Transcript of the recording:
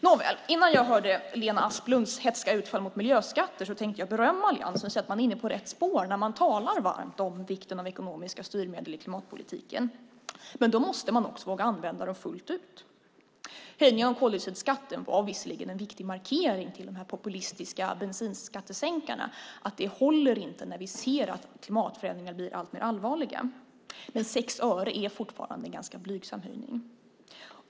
Nåväl, innan jag hörde Lena Asplunds hätska utfall mot miljöskatter tänkte jag berömma alliansen och säga att de är inne på rätt spår när de talar varmt om vikten av ekonomiska styrmedel i klimatpolitiken. Men då måste man också våga använda dem fullt ut. Höjningen av koldioxidskatten var visserligen en viktig markering mot de populistiska bensinskattesänkarna, att det inte håller när vi ser att klimatförändringarna blir alltmer allvarliga. Men 6 öre är fortfarande en ganska blygsam höjning.